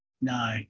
No